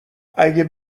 اگه